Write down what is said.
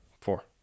Four